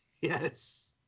Yes